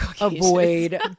avoid